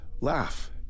laugh